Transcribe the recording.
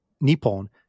Nippon